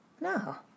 No